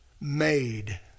made